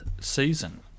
season